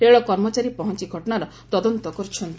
ରେଳ କର୍ମଚାରୀ ପହଞ୍ ଘଟଣାର ତଦନ୍ତ କର୍ବଛନ୍ତି